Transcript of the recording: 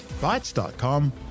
Bytes.com